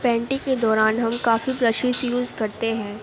پینٹی کے دوران کافی برشیز یوز کرتے ہیں